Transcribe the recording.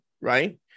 right